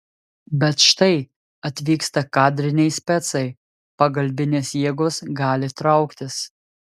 bet štai atvyksta kadriniai specai pagalbinės jėgos gali trauktis